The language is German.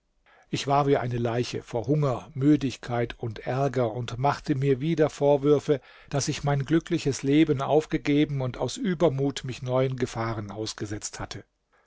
ich war wie eine leiche vor hunger müdigkeit und ärger und ich machte mir wieder vorwürfe daß ich mein glückliches leben aufgegeben und aus übermut mich neuen gefahren ausgesetzt hatte